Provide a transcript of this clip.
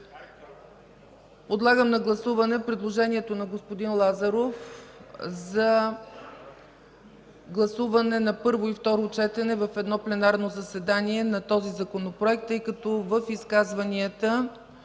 Подлагам на гласуване предложението на господин Лазаров за гласуване на първо и второ четене в едно пленарно заседание на този Законопроект, тъй като в изказванията